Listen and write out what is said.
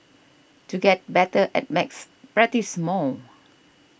to get better at maths practise more